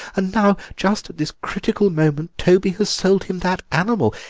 and now, just at this critical moment, toby has sold him that animal.